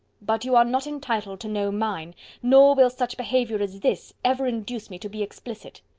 but you are not entitled to know mine nor will such behaviour as this, ever induce me to be explicit.